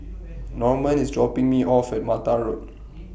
Normand IS dropping Me off At Mattar Road